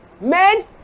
Men